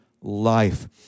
life